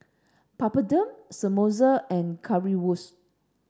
Papadum Samosa and Currywurst